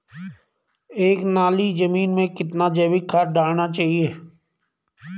एक नाली जमीन में कितना जैविक खाद डालना चाहिए?